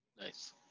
Nice